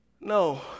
no